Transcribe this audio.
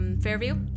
Fairview